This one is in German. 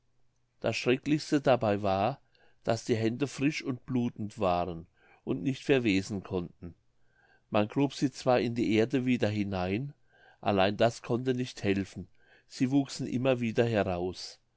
das schrecklichste dabei war daß die hände frisch und blutend waren und nicht verwesen konnten man grub sie zwar in die erde wieder hinein allein das konnte nicht helfen sie wuchsen immer wieder heraus